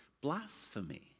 blasphemy